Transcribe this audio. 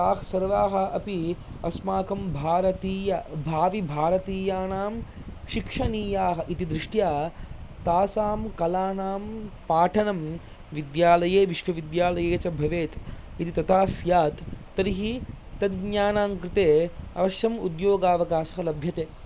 ताः सर्वाः अपि अस्माकं भारतीय भाविभारतीयानां शिक्षनीयाः इति दृष्ट्या तासां कलानां पाठनं विद्यालये विश्वविद्यालये च भवेत् यदि तथा स्यात् तर्हि तद् ज्ञानङ्कृते अवश्यं उद्योगावकाशः लभ्यते